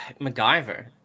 MacGyver